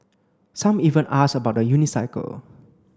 some even ask about the unicycle